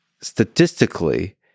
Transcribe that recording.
Statistically